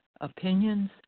opinions